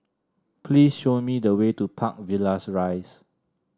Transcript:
please show me the way to Park Villas Rise